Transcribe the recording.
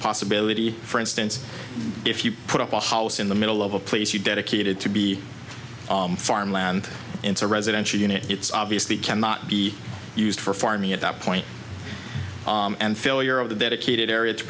possibility for instance if you put a house in the middle of a place you dedicated to be farmland into residential units obviously cannot be used for farming at that point and failure of the dedicated area to